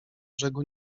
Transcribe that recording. brzegu